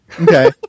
Okay